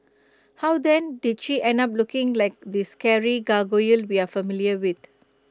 how then did she end up looking like the scary gargoyle we are familiar with